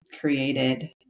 created